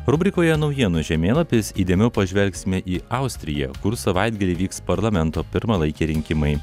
rubrikoje naujienų žemėlapis įdėmiau pažvelgsime į austriją kur savaitgalį vyks parlamento pirmalaikiai rinkimai